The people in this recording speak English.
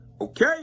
okay